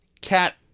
cat